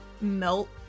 melt